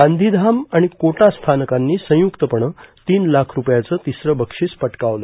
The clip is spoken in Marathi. गांधीधाम आणि कोटा स्थानकांनी संयुक्तपणं तीन लाख रुपयांचं तिसरं बक्षीस पटकावलं